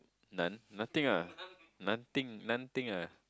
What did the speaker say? Nun nothing ah nun thing nun thing ah